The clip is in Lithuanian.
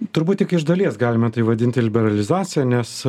turbūt tik iš dalies galime tai vadinti liberalizacija nes